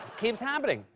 keeps happening.